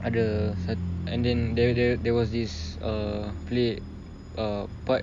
ada sat~ and then there there there was this err play err part